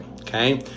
Okay